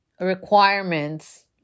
requirements